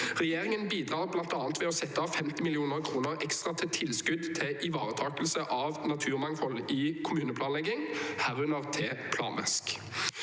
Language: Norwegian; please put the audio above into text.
Regjeringen bidrar bl.a. ved å sette av 50 mill. kr. ekstra til tilskudd til ivaretakelse av naturmangfold i kommuneplanlegging, herunder til planvask.